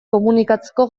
komunikatzeko